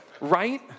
Right